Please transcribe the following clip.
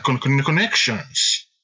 connections